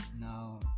Now